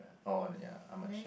or ya how much